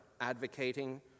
advocating